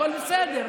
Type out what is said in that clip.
הכול בסדר,